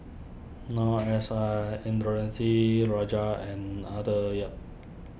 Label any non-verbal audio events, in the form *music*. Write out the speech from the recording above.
Noor S I *unintelligible* Rajah and Arthur Yap